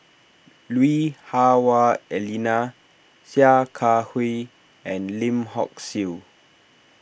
Lui Hah Wah Elena Sia Kah Hui and Lim Hock Siew